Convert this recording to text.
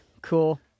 Cool